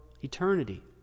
eternity